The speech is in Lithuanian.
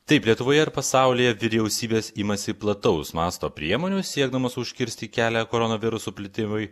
taip lietuvoje ir pasaulyje vyriausybės imasi plataus masto priemonių siekdamos užkirsti kelią koronaviruso plitimui